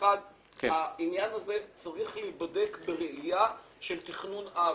העניין הזה צריך להיבדק בראייה של תכנון אב.